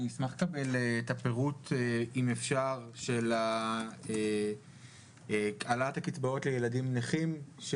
אני אשמח לקבל את הפירוט אם אפשר של העלאת הקצבאות לילדים נכים.